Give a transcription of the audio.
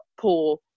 poor